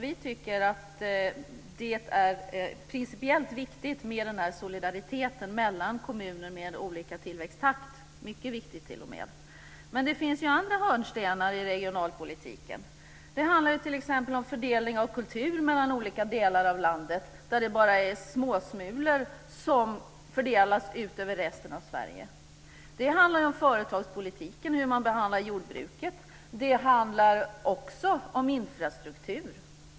Vi tycker att det är principiellt viktigt med den här solidariteten mellan kommuner med olika tillväxttakt - mycket viktigt, t.o.m. Men det finns ju andra hörnstenar i regionalpolitiken. Det handlar t.ex. om fördelningen av kultur mellan olika delar av landet, där det bara är småsmulor som fördelas ut över resten av Sverige. Det handlar om företagspolitiken och om hur man behandlar jordbruket. Det handlar också om infrastruktur.